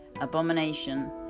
abomination